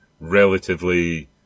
relatively